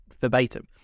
verbatim